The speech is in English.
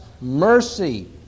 mercy